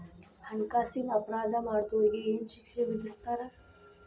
ಹಣ್ಕಾಸಿನ್ ಅಪರಾಧಾ ಮಾಡ್ದೊರಿಗೆ ಏನ್ ಶಿಕ್ಷೆ ವಿಧಸ್ತಾರ?